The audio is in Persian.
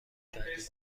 کردیم